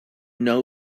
know